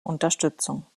unterstützung